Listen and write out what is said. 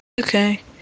okay